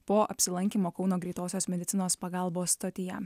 po apsilankymo kauno greitosios medicinos pagalbos stotyje